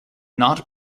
not